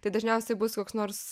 tai dažniausiai bus koks nors